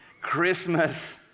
Christmas